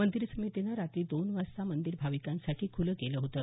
मंदिर समितीनं रात्री दोन वाजता मंदिर भाविकांसाठी खुलं केलं होतं